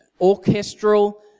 orchestral